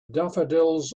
daffodils